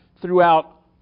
throughout